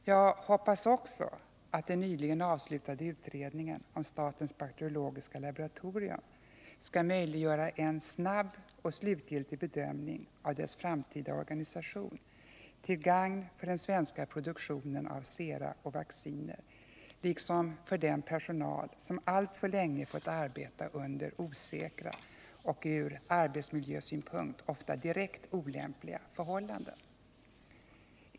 Jag hoppas också att den nyligen avslutade utredningen om statens bakteriologiska laboratorium skall möjliggöra en snabb och slutgiltig bedömning av dess framtida organisation, till gagn för den svenska produktionen av sera och vacciner, liksom för den personal som alltför länge fått arbeta under osäkra och ur arbetsmiljösynpunkt ofta direkt olämpliga förhållanden.